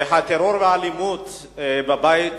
הטרור והאלימות בבית